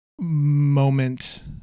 moment